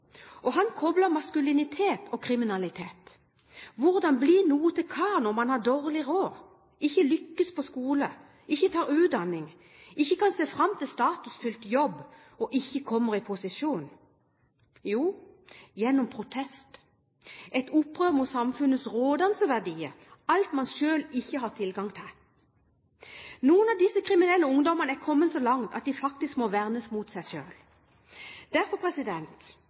skoletapere. Han koblet maskulinitet og kriminalitet. Hvordan bli noe til kar når man har dårlig råd, ikke lykkes på skolen, ikke tar utdanning, ikke kan se fram til statusfylt jobb og ikke kommer i posisjon? Jo, gjennom protest, et opprør mot samfunnets rådende verdier, alt man selv ikke har tilgang til. Noen av disse kriminelle ungdommene er kommet så langt at de faktisk må vernes mot seg selv. Derfor